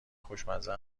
خوشمزه